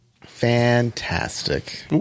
Fantastic